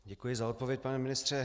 Děkuji za odpověď, pane ministře.